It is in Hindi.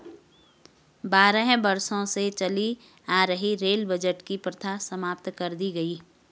बारह वर्षों से चली आ रही रेल बजट की प्रथा समाप्त कर दी गयी